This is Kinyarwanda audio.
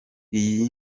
iyi